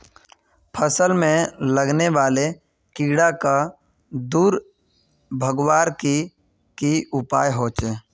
फसल में लगने वाले कीड़ा क दूर भगवार की की उपाय होचे?